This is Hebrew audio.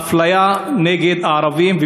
האפליה של הערבים,